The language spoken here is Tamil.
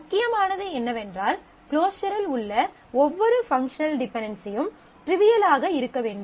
முக்கியமானது என்னவென்றால் க்ளோஸர் இல் உள்ள ஒவ்வொரு பங்க்ஷனல் டிபென்டென்சியும் ட்ரிவியல் ஆக இருக்க வேண்டும்